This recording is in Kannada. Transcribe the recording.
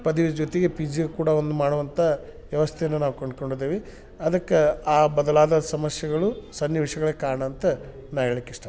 ಪದವಿ ಜೊತೆಗೆ ಪಿ ಜಿಯೂ ಕೂಡ ಒಂದು ಮಾಡುವಂಥ ವ್ಯವಸ್ಥೆಯನ್ನು ನಾವು ಕಂಡ್ಕೊಂಡಿದ್ದೇವೆ ಅದಕ್ಕೆ ಆ ಬದಲಾದ ಸಮಸ್ಯೆಗಳು ಸನ್ನಿವೇಶ್ಗಳೇ ಕಾರಣ ಅಂತ ನಾನು ಹೇಳ್ಲಿಕ್ಕೆ ಇಷ್ಟಪಡ್ತೀನಿ